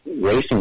racing